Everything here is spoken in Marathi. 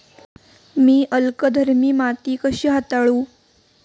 मी अल्कधर्मी माती कशी हाताळू?